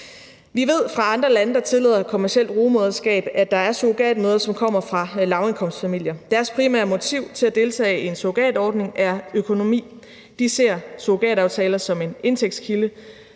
Vi ved fra andre lande, der tillader kommercielt rugemoderskab, at der er surrogatmødre, som kommer fra lavindkomstfamilier. Deres primære motiv til at deltage i en surrogatordning er økonomi. De ser surrogataftaler som en indtægtskilde.